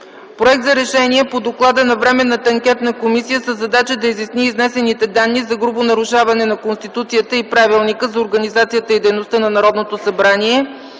проект за Решение по Доклада на Временната анкетна комисия със задача да изясни изнесените данни за грубо нарушаване на Конституцията и Правилника за организацията и дейността на Народното събрание